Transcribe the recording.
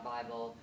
Bible